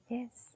Yes